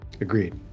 Agreed